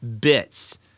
bits